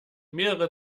mehrere